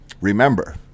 Remember